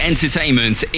entertainment